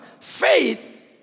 faith